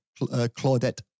Claudette